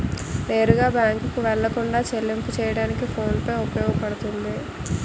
నేరుగా బ్యాంకుకు వెళ్లకుండా చెల్లింపు చెయ్యడానికి ఫోన్ పే ఉపయోగపడుతుంది